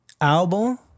album